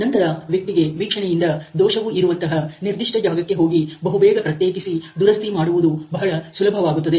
ನಂತರ ವ್ಯಕ್ತಿಗೆ ವೀಕ್ಷಣೆಯಿಂದ ದೋಷವು ಇರುವಂತಹ ನಿರ್ದಿಷ್ಟ ಜಾಗಕ್ಕೆ ಹೋಗಿ ಬಹುಬೇಗ ಪ್ರತ್ಯೇಕಿಸಿ ದುರಸ್ತಿಮಾಡುವುದು ಬಹಳ ಸುಲಭವಾಗುತ್ತದೆ